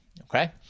Okay